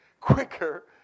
quicker